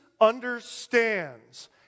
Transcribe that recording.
understands